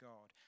God